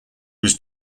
was